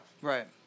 Right